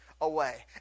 away